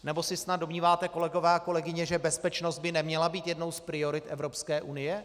Nebo se snad domníváte, kolegové a kolegyně, že bezpečnost by neměla být jednou z priorit Evropské unie?